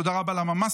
תודה רבה לממ"סניקים,